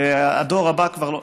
והדור הבא כבר לא.